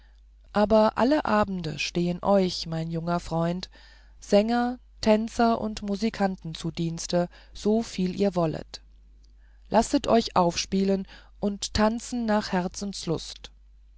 aber alle abende stehen euch mein junger freund tänzer sänger und musikanten zu dienste so viel ihr wollet lasset euch aufspielen und tanzen nach herzenslust